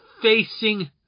facing